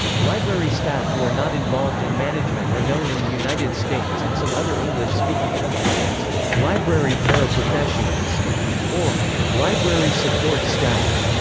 library staff who are not involved in management are known in the united states and some other english-speaking countries as library paraprofessionals or library support staff.